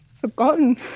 forgotten